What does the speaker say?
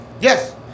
Yes